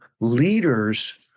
leaders